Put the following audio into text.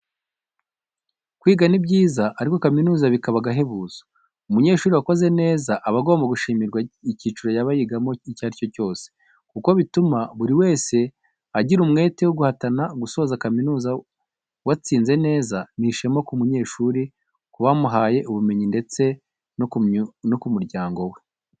Kwiga ni byiza ariko kuminuza bikaba agahebuzo, umunyeshuri wakoze neza aba agomba gushimirwa icyiciro yaba yigamo icyo ari cyo cyose, kuko bituma buri wese agira umwete wo guhatana gusoza kaminuza watsinze neza ni ishema ku munyeshuri, ku bamuhaye ubumenyi, ndetse no kumuryango we.